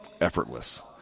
effortless